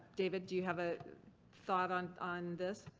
david, do you have a thought on on this?